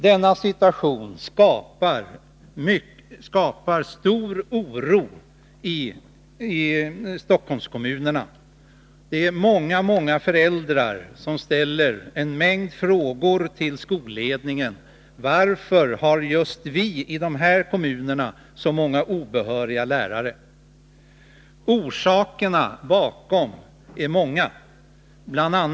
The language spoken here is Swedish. Denna situation skapar stor oro i Stockholmskommunerna. Många föräldrar ställer en mängd frågor till skolledningen, t.ex.: Varför har just vi i de här kommunerna så många obehöriga lärare? Orsakerna är många. Bl.